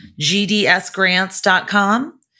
gdsgrants.com